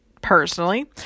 personally